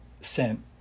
sent